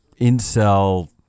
incel